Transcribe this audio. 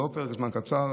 פרק זמן לא קצר,